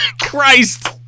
Christ